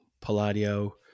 Palladio